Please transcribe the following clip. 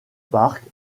parcs